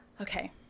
Okay